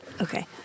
Okay